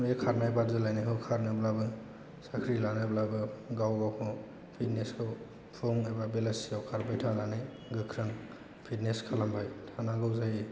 बे खारनाय बादायलायनायखौ खारनोब्लाबो साख्रि लानोब्लाबो गाव गावखौ फिटनेसखौ फुं एबा बेलासियाव खारबाय थानानै गोख्रों फिटनेस खालामबाय थानांगौ जायो